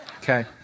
Okay